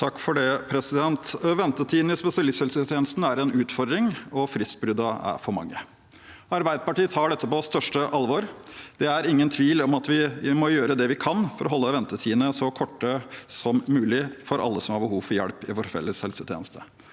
Vasvik (A) Ventetidene i spesia- listhelsetjenesten er en utfordring, og fristbruddene er for mange. Arbeiderpartiet tar dette på største alvor. Det er ingen tvil om at vi må gjøre det vi kan for å holde ventetidene så korte som mulig for alle som har behov for hjelp i vår felles helsetjeneste.